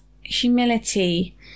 humility